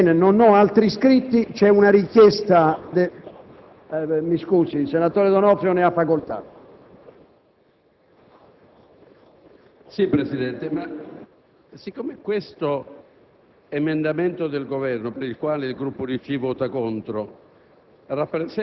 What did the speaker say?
sostanzialmente la previsione normativa su cui già ci eravamo pronunciati. Queste sono le ragioni per cui voteremo contro l'emendamento